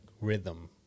rhythm